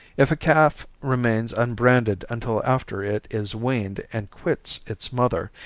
if a calf remains unbranded until after it is weaned and quits its mother,